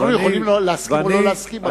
אנחנו יכולים להסכים או לא להסכים.